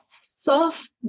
soft